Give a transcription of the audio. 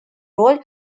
роль